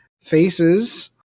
faces